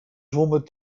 zwommen